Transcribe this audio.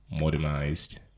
modernized